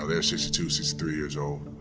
ah they're sixty two, sixty three years old.